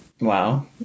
Wow